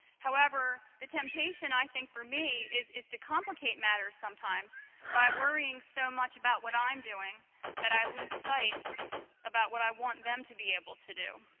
however, the temptation, i think, for me, is is to complicate matters sometimes by worrying so much about what i'm doing that i lose sight about what i want them to be able to do.